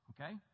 Okay